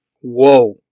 Whoa